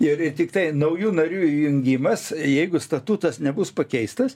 ir tiktai naujų narių įjungimas jeigu statutas nebus pakeistas